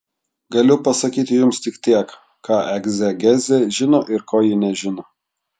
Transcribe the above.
galiu pasakyti jums tik tiek ką egzegezė žino ir ko ji nežino